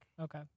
okay